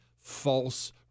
false